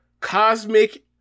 cosmic